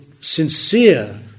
sincere